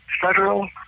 federal